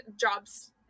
jobs